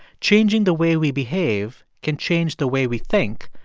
changing the way we behave can change the way we think,